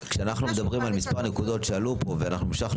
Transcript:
כשאנחנו מדברים על מספר נקודות שעלו פה ואנחנו המשכנו